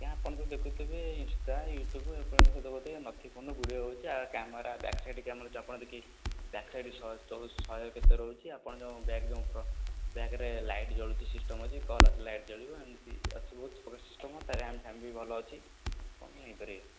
ଆଜ୍ଞା ଆପଣ ତ ଦେଖୁଥିବେ ଇନଷ୍ଟା ୟୁଟ୍ୟୁବ୍ ଆପଣ ଭିଡ଼ିଓ କରୁଥିବେ ନଥିଙ୍ଗ ଫୋନରେ ଭିଡ଼ିଓ ରହୁଛି ୟା କ୍ୟାମେରା ବ୍ୟାକ୍ସାଇଡ଼ କ୍ୟାମେରା ଆପଣ ଦେଖି ବ୍ୟାକ୍ସାଇଡ଼ ଶହେ ଶହେ କେତେ ରହୁଛି ଆପଣ ଯେଉଁ ବ୍ୟାକ୍ ଫ୍ରଣ୍ଟ ବ୍ୟାକ୍ରେ ଲାଇଟ୍ ଜଳୁଛି ସିଷ୍ଟମ୍ ଅଛି କଲ୍ ଆସିଲେ ଲାଇଟ୍ ଜଳିବ ଏମିତି ଆସିବ ବହୁତ ପ୍ରକାର ସିଷ୍ଟମ୍ ତା ରିୟାମ୍ଫିୟାମ୍ ବି ଭଲ ଅଛି ଆପଣ ବି ନେଇପାରିବେ